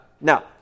Now